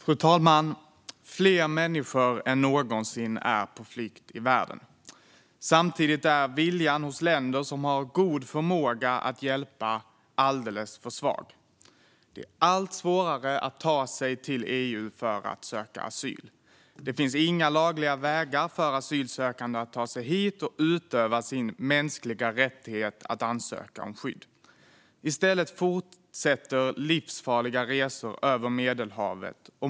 Fru talman! Fler människor än någonsin är på flykt i världen. Samtidigt är viljan hos länder som har god förmåga att hjälpa alldeles för svag. Det är allt svårare att ta sig till EU för att söka asyl. Det finns inga lagliga vägar for asylsökande att ta sig hit och utöva sin mänskliga rättighet att ansöka om skydd. I stället fortsätter människor att göra livsfarliga resor över Medelhavet.